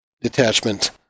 detachment